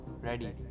ready